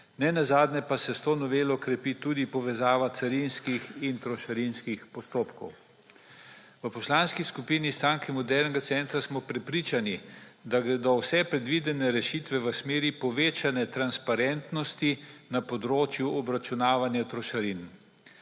nenazadnje pa se s to novelo krepi tudi povezava carinskih in trošarinskih postopkov. V Poslanski skupin Stranke modernega centra smo prepričani, da gredo vse predvidene rešitve v smeri povečane transparentnosti na področju obračunavanja trošarin.